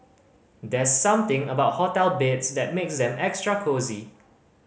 there's something about hotel beds that makes them extra cosy